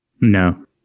No